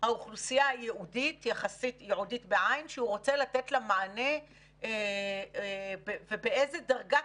האוכלוסייה הייעודית שהוא רוצה לתת לה מענה ובאיזו דרגת